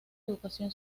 educación